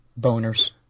boners